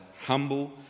humble